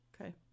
Okay